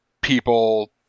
people